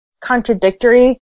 contradictory